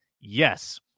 Yes